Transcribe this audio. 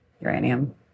uranium